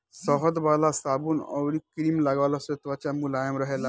शहद वाला साबुन अउरी क्रीम लगवला से त्वचा मुलायम रहेला